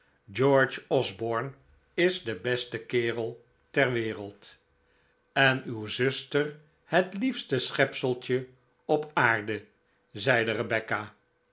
george osborne is de beste kerel ter wereld en uw zuster het liefste schepseltje op aarde zeide rebecca